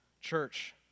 church